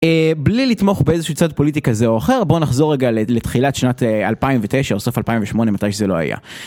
בלי לתמוך באיזשהו צד פוליטי כזה או אחר בוא נחזור רגע לתחילת שנת 2009 או סוף 2008 מתי שזה לא היה.